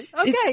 okay